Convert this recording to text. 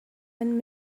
and